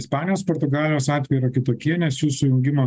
ispanijos portugalijos atvejai yra kitokie nes jų sujungimo